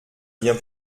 bien